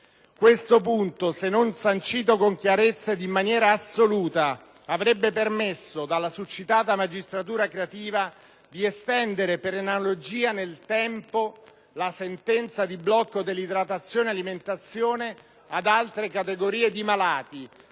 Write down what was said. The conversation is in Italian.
Questo punto, se non sancito con chiarezza ed in maniera assoluta, avrebbe permesso dalla succitata magistratura creativa di estendere, per analogia, nel tempo la sentenza di blocco dell'idratazione e alimentazione ad altre categorie di malati